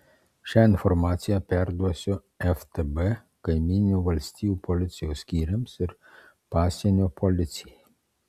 šią informaciją perduosiu ftb kaimyninių valstijų policijos skyriams ir pasienio policijai